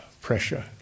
pressure